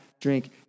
drink